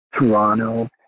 Toronto